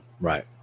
right